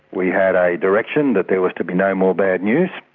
we had a direction that there was to be no more bad news.